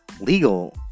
legal